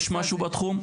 יש משהו בתחום?